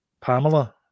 Pamela